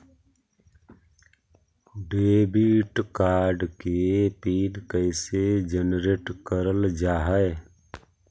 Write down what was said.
Debit card के PIN कैसे generate करल जाहै?